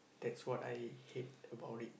that's what I hate about it